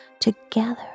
together